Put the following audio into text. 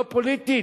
לא פוליטית,